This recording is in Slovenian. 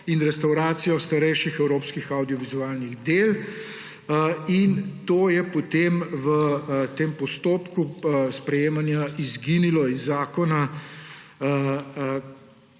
in restavracijo starejših evropskih avdiovizualnih del. To je potem v tem postopku sprejemanja izginilo iz zakona,